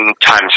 time